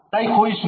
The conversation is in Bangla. তাই ক্ষয়িষ্ণু